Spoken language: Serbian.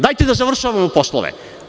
Dajte da završavamo poslove.